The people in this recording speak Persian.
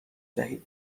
دهید